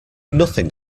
nothing